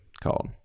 called